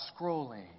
scrolling